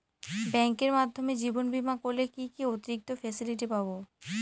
ব্যাংকের মাধ্যমে জীবন বীমা করলে কি কি অতিরিক্ত ফেসিলিটি পাব?